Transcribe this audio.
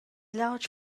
large